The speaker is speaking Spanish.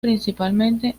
principalmente